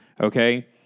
okay